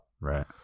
Right